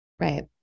Right